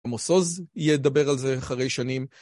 עמוס עוז ידבר על זה אחרי שנים.